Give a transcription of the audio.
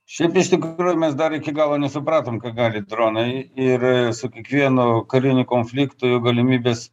šiaip iš tikrųjų mes dar iki galo nesupratom ką gali dronai ir su kiekvienu kariniu konfliktu jų galimybės